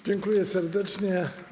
Dziękuję serdecznie.